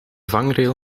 vangrail